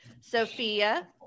sophia